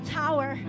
tower